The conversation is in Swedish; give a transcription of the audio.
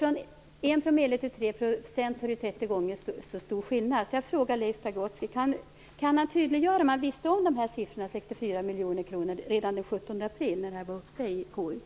Från 1 % till 3 % innebär 30 gånger så stor skillnad. Jag vill därför fråga Leif Pagrotsky: Kan han tydliggöra om han kände till siffran 64 miljoner kronor redan när detta var uppe i KU den 17 april?